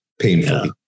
painfully